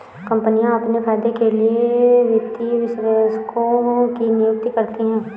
कम्पनियाँ अपने फायदे के लिए वित्तीय विश्लेषकों की नियुक्ति करती हैं